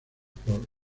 por